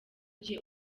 gihe